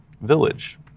Village